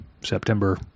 September